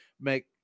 make